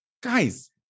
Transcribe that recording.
guys